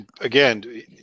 again